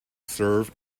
serve